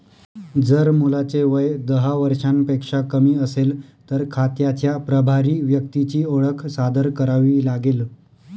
जर मुलाचे वय दहा वर्षांपेक्षा कमी असेल, तर खात्याच्या प्रभारी व्यक्तीची ओळख सादर करावी लागेल